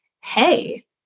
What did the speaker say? hey